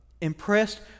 impressed